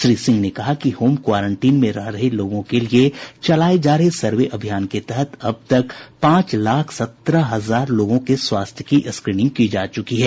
श्री सिंह ने कहा कि होम क्वारेंटीन में रह रहे लोगों के लिए चलाये जा रहे सर्वे अभियान के तहत अब तक पांच लाख सत्रह हजार लोगों के स्वास्थ्य की स्क्रीनिंग की जा चुकी है